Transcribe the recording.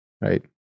right